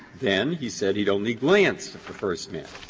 then he said he'd only glanced at the first man.